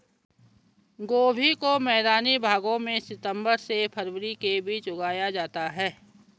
गोभी को मैदानी इलाकों में सितम्बर से फरवरी के बीच उगाया जाता है